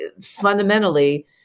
fundamentally